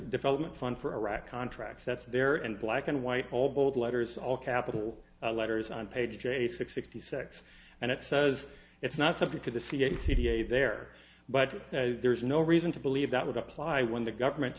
development fund for iraq contracts that's there and black and white all bold letters all capital letters on page eight hundred sixty six and it says it's not subject to the c a t v a there but there's no reason to believe that would apply when the government